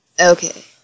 Okay